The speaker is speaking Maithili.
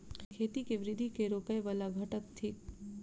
खेती केँ वृद्धि केँ रोकय वला घटक थिक?